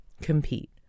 Compete